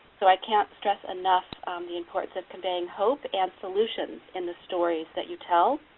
so i can't stress enough the importance of conveying hope and solutions in the stories that you tell.